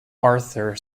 arthur